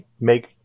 make